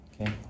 okay